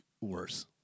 worse